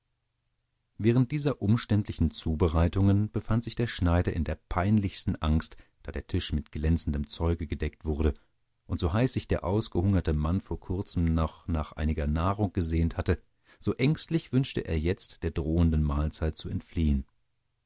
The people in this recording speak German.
während dieser umständlichen zubereitungen befand sich der schneider in der peinlichsten angst da der tisch mit glänzendem zeuge gedeckt wurde und so heiß sich der ausgehungerte mann vor kurzem noch nach einiger nahrung gesehnt hatte so ängstlich wünschte er jetzt der drohenden mahlzeit zu entfliehen